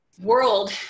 world